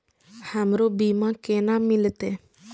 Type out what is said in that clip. हमरो बीमा केना मिलते?